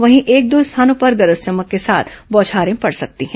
वहीं एक दो स्थानों पर गरज चमक के साथ बौछारें पड सकती हैं